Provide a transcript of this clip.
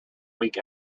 weak